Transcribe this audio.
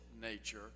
nature